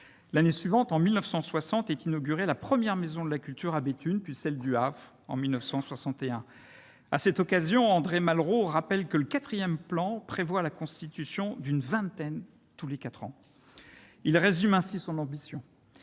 L'année suivante, en 1960, était inaugurée la première maison de la culture à Béthune, puis celle du Havre, en 1961. À cette occasion, André Malraux rappelait que le IV plan en prévoyait la constitution d'une vingtaine dans les quatre ans. Il résumait ainsi son ambition